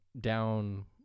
down